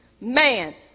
Man